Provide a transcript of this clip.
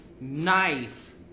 knife